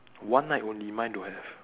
one night only mine don't have